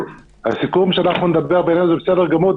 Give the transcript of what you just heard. הסיכום שאנחנו נדבר בינינו זה בסדר גמור.